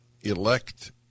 elect